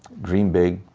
dream big,